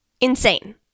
insane